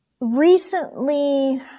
Recently